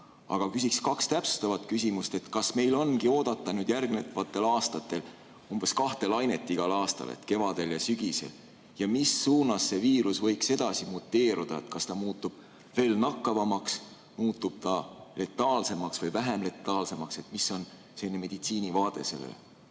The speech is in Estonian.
Aga küsin kaks täpsustavat küsimust. Kas meil ongi oodata järgnevatel aastatel umbes kahte lainet igal aastal, kevadel ja sügisel? Mis suunas see viirus võiks edasi muteeruda: kas ta muutub veel nakkavamaks, muutub ta letaalsemaks või vähem letaalseks? Mis on meditsiinivaade